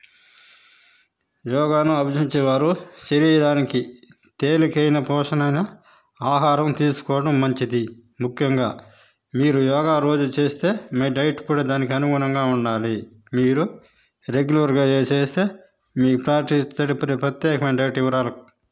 యోగాను అభ్యసించేవారు శరీరానికి తేలికైన పోషణ అయిన ఆహారం తీసుకోవడం మంచిది ముఖ్యంగా మీరు యోగా రోజూ చేస్తే మీ డైట్ కూడా దానికి అనుగుణంగా ఉండాలి మీరు రెగ్యులర్గా చేస్తే మీ ప్రాక్టీస్ తగిన ప్రత్యేకమైన డైట్ ఇవ్వాలి